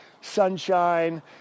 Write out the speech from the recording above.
sunshine